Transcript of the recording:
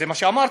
זה מה שאמרת.